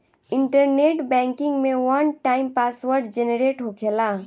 internet banking में one time password generate होखेला